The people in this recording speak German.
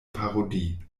parodie